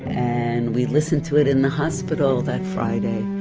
and we listened to it in the hospital that friday.